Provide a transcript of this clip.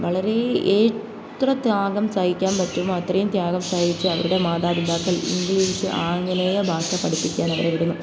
വളരെ ഏത്ര ത്യാഗം സഹിക്കാൻ പറ്റുമോ അത്രയും ത്യാഗം സഹിച്ച് അവരുടെ മാതാപിതാക്കൾ ഇംഗ്ലീഷ് ആംഗലേയ ഭാഷ പഠിപ്പിക്കാൻ അവരെ വിടുന്നു